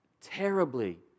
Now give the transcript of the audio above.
terribly